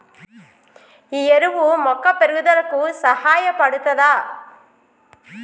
ఈ ఎరువు మొక్క పెరుగుదలకు సహాయపడుతదా?